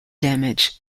damage